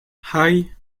hei